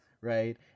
right